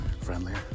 friendlier